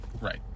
right